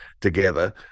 together